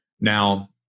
Now